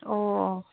অঁ অঁ